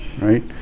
right